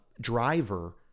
driver